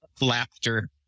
laughter